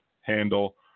handle